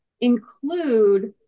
include